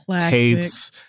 tapes